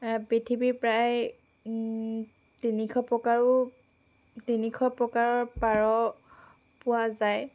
পৃথিৱীৰ প্ৰায় তিনিশ প্ৰকাৰো তিনিশ প্ৰকাৰৰ পাৰ পোৱা যায়